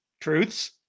Truths